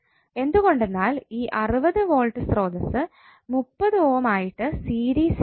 എന്തുകൊണ്ടെന്നാൽ ഈ 60 വോൾട് സ്രോതസ്സ് 30 ഓം ആയിട്ട് സീരീസിൽ അല്ല